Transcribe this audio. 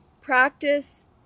practice